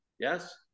Yes